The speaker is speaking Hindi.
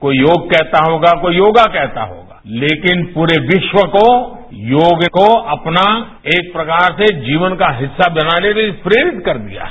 कोई योग कहता होगा कोई योगा कहता होगा लेकिन पूरे विश्व को योग को अपना एक प्रकार से जीवन के हिस्सा बनाने के लिये प्रेरित कर दिया है